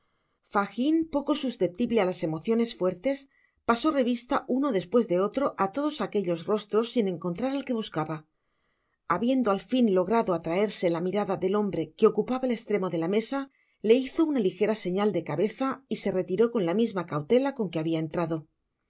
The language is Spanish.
fagin poco susceptible á las emociones fuertes pasó revista uno despues de otro á todos aquellos rostros sin encontrar al que buscaba habiendo al fin logrado atraerse la mirada del hombre que ocupaba el estremo de la mesa le hizo una ligera señal de cabeza y se retiró con la misma cautela con que habia entrado